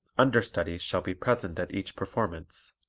understudies shall be present at each performance.